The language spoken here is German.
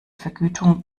vergütung